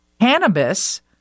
cannabis